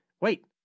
Wait